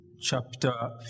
chapter